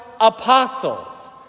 apostles